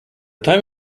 time